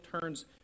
turns